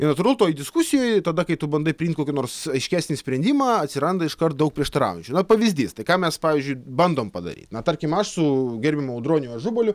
ir atrodo toj diskusijoj tada kai tu bandai priimt kokį nors aiškesnį sprendimą atsiranda iškart daug prieštaraujančių na pavyzdys tai ką mes pavyzdžiui bandom padaryt na tarkim aš su gerbiamu audroniu ažubaliu